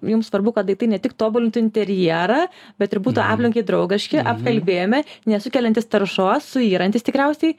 jum svarbu kad daiktai ne tik tobulintų interjerą bet ir būtų aplinkai draugiški apkalbėjome nesukeliantys taršos suyrantys tikriausiai